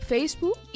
Facebook